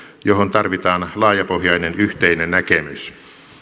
johon tarvitaan laajapohjainen yhteinen näkemys